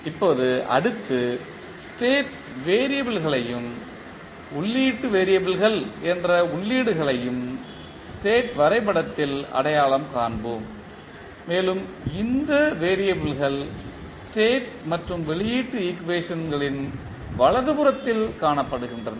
இப்போது அடுத்து ஸ்டேட் வெறியபிள்களையும் உள்ளீட்டு வெறியபிள்கள் என்ற உள்ளீடு களையும் ஸ்டேட் வரைபடத்தில் அடையாளம் காண்போம் மேலும் இந்த வெறியபிள்கள் ஸ்டேட் மற்றும் வெளியீட்டு ஈக்குவேஷன்டுகளின் வலது புறத்தில் காணப்படுகின்றன